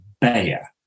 Bayer